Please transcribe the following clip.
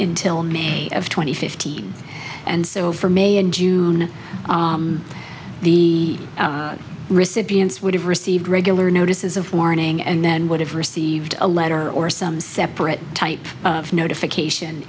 in till may of twenty fifty and so for may and june the recipients would have received regular notices of warning and then would have received a letter or some separate type of notification